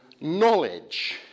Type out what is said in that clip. knowledge